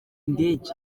indege